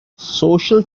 social